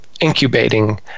incubating